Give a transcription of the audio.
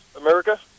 america